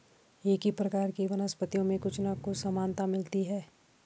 एक ही प्रकार की वनस्पतियों में कुछ ना कुछ समानता मिलती है